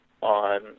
on